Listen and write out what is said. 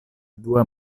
dua